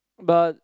but